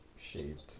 shaped